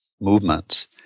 movements